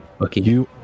Okay